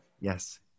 Yes